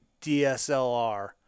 DSLR